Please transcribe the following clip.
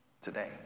Today